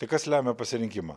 tai kas lemia pasirinkimą